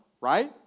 right